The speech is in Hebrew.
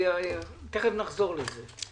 תכף נחזור לזה.